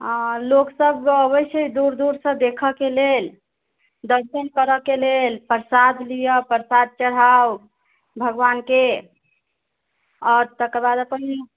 लोक सब अबै छै दूर दूरसऽ देखऽके लेल दर्शन करऽके लेल प्रसाद लिअ प्रसाद चढ़ाउ भगवानके और तकर बाद अपन